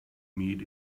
meet